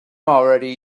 already